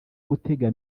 gutega